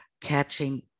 catching